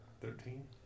Thirteen